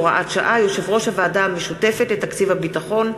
הוראת שעה) (יושב-ראש הוועדה המשותפת לתקציב הביטחון),